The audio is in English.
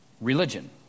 Religion